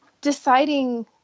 deciding